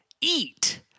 eat